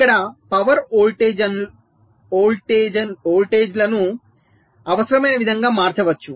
ఇక్కడ పవర్ వోల్టేజ్లను అవసరమైన విధంగా మార్చవచ్చు